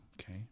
okay